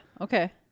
Okay